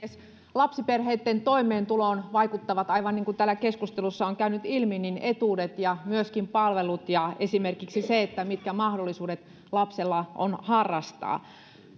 lapsiperheitten toimeentuloon vaikuttavat aivan niin kuin täällä keskustelussa on käynyt ilmi etuudet ja myöskin palvelut ja esimerkiksi se mitkä mahdollisuudet lapsella on harrastaa